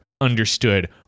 understood